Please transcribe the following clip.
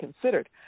considered